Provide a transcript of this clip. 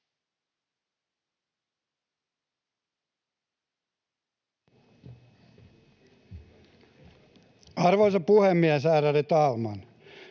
Arvoisa puhemies, ärade talman!